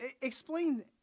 Explain